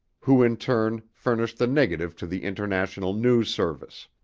who in turn furnished the negative to the international news service.